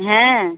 হ্যাঁ